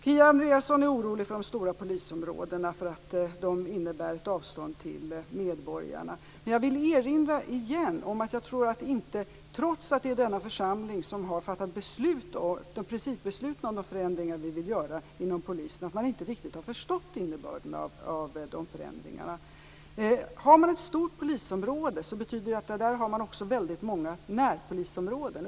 Kia Andreasson är orolig för att de stora polisområdena innebär ett avstånd till medborgarna. Jag vill återigen erinra om att trots att det är denna församling som har fattat principbesluten om de förändringar vi vill göra inom polisen tror jag inte att man riktigt har förstått innebörden av dessa förändringar. Har man ett stort polisområde betyder det också att man där har väldigt många närpolisområden.